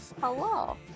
Hello